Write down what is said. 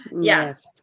Yes